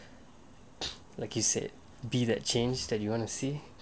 like he said be that change that you want to see